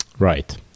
Right